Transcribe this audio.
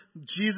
Jesus